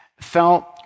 felt